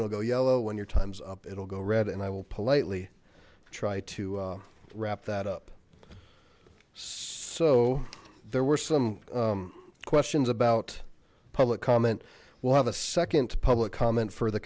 it'll go yellow when your time's up it'll go red and i will politely try to wrap that up so there were some questions about public comment we'll have a second public comment for the